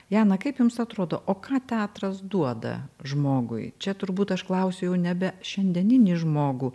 jana kaip jums atrodo o ką teatras duoda žmogui čia turbūt aš klausiu jau nebe šiandieninį žmogų